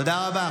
תודה רבה,